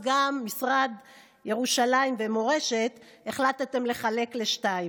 גם את משרד ירושלים ומורשת החלטתם לחלק לשניים: